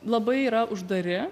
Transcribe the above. labai yra uždari